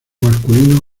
masculino